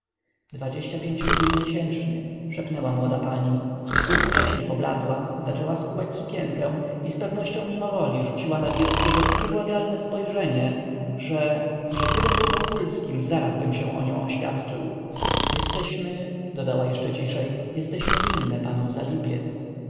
dwadzieścia pięć rubli miesięcznie szepnęła młoda pani jednocześnie pobladła zaczęła skubać sukienkę i zpewnością mimowoli rzuciła na wirskiego takie błagalne spojrzenie że że gdybym był wokulskim zarazbym się o nią oświadczył jesteśmy dodała jeszcze ciszej jesteśmy winne panom